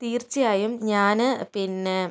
തീർച്ചയായും ഞാൻ പിന്നെ